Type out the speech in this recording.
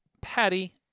Patty